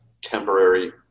temporary